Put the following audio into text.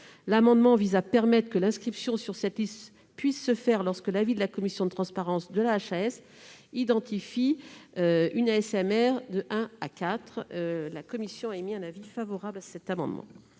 L'amendement vise à permettre que l'inscription sur cette liste intervienne lorsque l'avis de la commission de transparence de la HAS identifie une ASMR de I à IV. La commission a émis un avis favorable sur cet amendement.